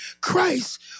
Christ